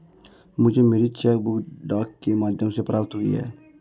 मुझे मेरी cheque book डाक के माध्यम से प्राप्त हुई है